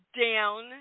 down